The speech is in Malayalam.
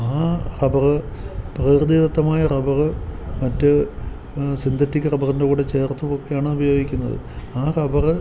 ആ റബ്ബറ് പ്രകൃതിദത്തമായ റബ്ബറ് മറ്റ് സിന്തറ്റിക് റബ്ബറിൻ്റെ കൂടെ ചേർത്തുമൊക്കെയാണ് ഉപയോഗിക്കുന്നത് ആ റബ്ബറ്